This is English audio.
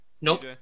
nope